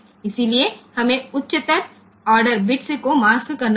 इसलिए हमें उच्चतर ऑर्डरबिट्स को मास्क करना होगा